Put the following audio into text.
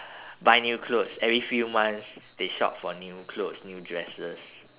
buy new clothes every few months they shop for new clothes new dresses